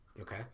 Okay